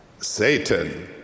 Satan